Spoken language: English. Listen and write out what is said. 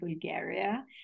bulgaria